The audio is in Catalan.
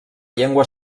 llengua